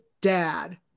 dad